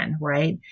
right